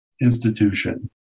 institution